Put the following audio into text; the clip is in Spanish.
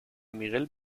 miguel